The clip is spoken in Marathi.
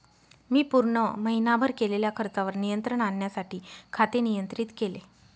मी पूर्ण महीनाभर केलेल्या खर्चावर नियंत्रण आणण्यासाठी खाते नियंत्रित केले